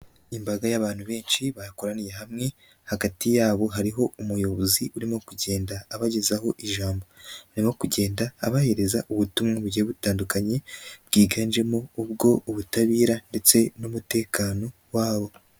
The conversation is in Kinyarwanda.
Imbaga y'abantu benshi bahakoraniye hamwe, hagati yabo hariho umuyobozi urimo kugenda abagezaho ijambo. Arimo kugenda abahereza ubutumwa mu buryo butandukanye, bwiganjemo ubw'ubutabera ndetse n'umutekano wabo.